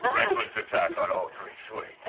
ah reckless attack on all three swings.